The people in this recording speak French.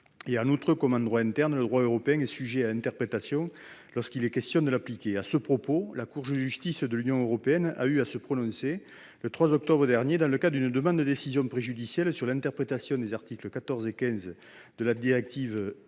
part, comme en droit interne, le droit européen est sujet à interprétation lorsqu'il est question de l'appliquer. À ce propos, la Cour de justice de l'Union européenne a eu à se prononcer le 3 octobre dernier, dans le cadre d'une demande de décision préjudicielle sur l'interprétation des articles 14 et 15 de la directive e-commerce,